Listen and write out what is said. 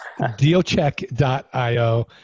dealcheck.io